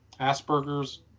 Asperger's